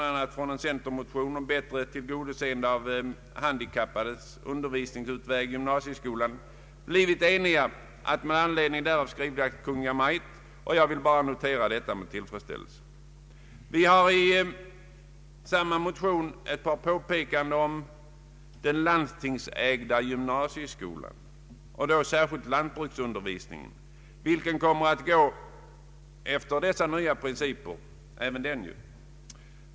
Vi har i utskottet blivit eniga om att riksdagen skall ge till känna vad utskottet anfört med anledning av motionsyrkandet, och jag vill notera detta med tillfredsställelse. Vi har i samma motion ett yrkande beträffande den landstingsägda gymnasieskolan, särskilt när det gäller lantbruksundervisningen för vilken också de nya principerna skall gälla.